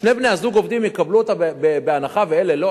שני בני-זוג שעובדים יקבלו אותה בהנחה, ואלה לא?